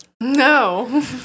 No